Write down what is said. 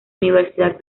universidad